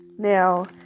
Now